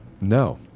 No